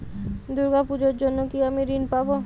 দুর্গা পুজোর জন্য কি আমি ঋণ পাবো?